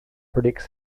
predicts